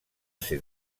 ser